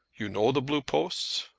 you know the blue posts?